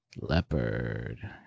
Leopard